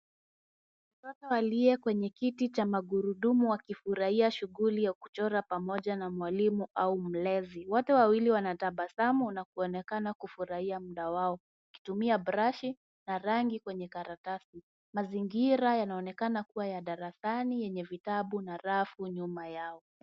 Mtoto aliye kwenye kiti cha magurudumu akifurahia shughuli ya kuchora pamoja na mwalimu au mlezi. Wote wawili wanatabasamu na kuonekana kufurahia muda wao wakitumia brashi na rangi kwenye karatasi. Mazingira yanaonekana kuwa ya darasani yenye vitabu na rafu nyuma yao.